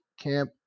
camp